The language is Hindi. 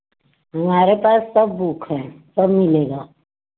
हमारे पास सब बुक है सब मिलेगा